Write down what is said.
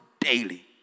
daily